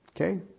Okay